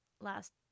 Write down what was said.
last